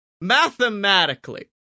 mathematically